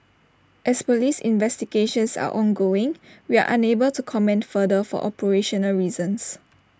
as Police investigations are ongoing we are unable to comment further for operational reasons